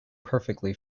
perfectly